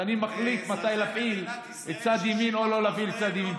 ואני מחליט מתי להפעיל את צד ימין או לא להפעיל את צד ימין.